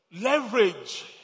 leverage